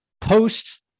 Post